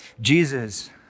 Jesus